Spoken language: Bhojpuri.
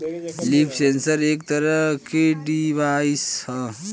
लीफ सेंसर एक तरह के के डिवाइस ह